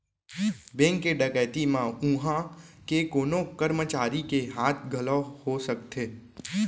bank के डकैती म उहां के कोनो करमचारी के हाथ घलौ हो सकथे